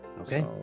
Okay